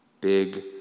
Big